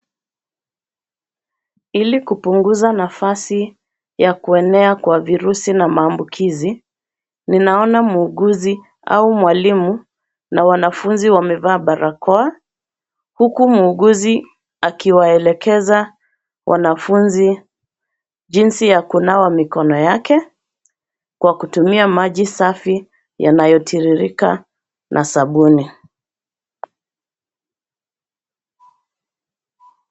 Ili kupunguza nafasi ya kuenea kwa virusi na maambukizi, ninaona muuguzi au mwalimu na wanafunzi wamevaa barakoa huku muuguzi akiwaelekeza wanafunzi jinsi ya kunawa mikono yake kwa kutumia maji safi yanayotiririka na sabuni.